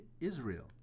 Israel